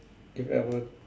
if I were